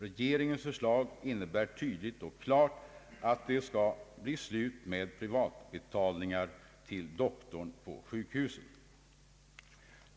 Regeringens förslag innebär tydligt och klart att det skall bli slut med privatbetalningar till doktorn på sjukhuset.